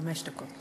חמש דקות.